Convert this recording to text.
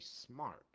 smart